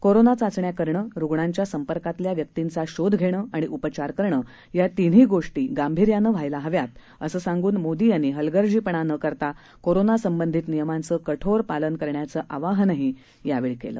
corona चाचण्या करणं रुग्णांच्या संपर्कातल्या व्यक्तींचा शोध घेणं आणि उपचार करणं या तीन्ही गोष्टी गांर्भियानं व्हायला हव्यात असं सांगून मोदी यांनी हलगर्जीपणा न करता कोरोना संबंधित नियमांचं कठोर पालन करण्याचं आवाहनही मोदी यांनी यावेळी केलं